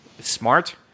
smart